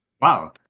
Wow